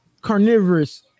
carnivorous